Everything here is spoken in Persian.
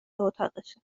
اتاقشه